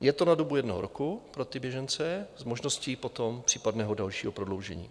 Je to na dobu jednoho roku pro ty běžence s možností potom případného dalšího prodloužení.